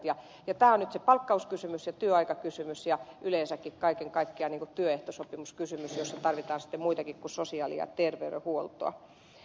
tämä on nyt palkkauskysymys ja työaikakysymys ja yleensäkin kaiken kaikkiaan työehtosopimuskysymys jossa tarvitaan sitten muitakin kuin sosiaali ja terveydenhuoltoa